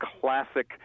classic